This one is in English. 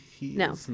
No